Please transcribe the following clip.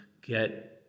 get